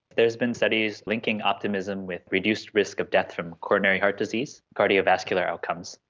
there have been studies linking optimism with reduced risk of death from coronary heart disease, cardiovascular outcomes.